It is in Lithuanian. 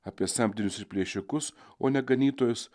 apie samdinius ir plėšikus o ne ganytojus